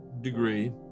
degree